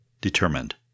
determined